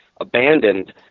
abandoned